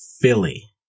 Philly